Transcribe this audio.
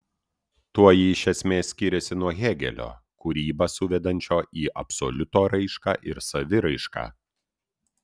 tuo ji iš esmės skiriasi nuo hėgelio kūrybą suvedančio į absoliuto raišką ir saviraišką